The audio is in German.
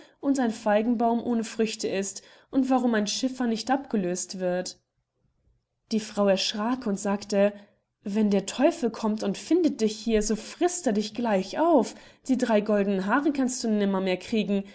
und ein feigenbaum ohne früchte ist und warum ein schiffer nicht abgelöst wird die frau erschrack und sagte wenn der teufel kommt und findet dich hier so frißt er dich gleich auf die drei goldenen haare kannst du nimmermehr kriegen